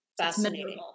fascinating